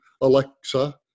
Alexa